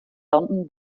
london